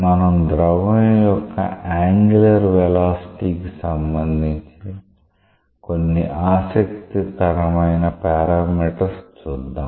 మనం ద్రవం యొక్క యాంగులర్ వెలాసిటీ కి సంబంధించిన కొన్ని ఆసక్తికరమైన పారామీటర్స్ చూద్దాం